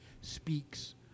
speaks